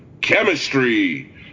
chemistry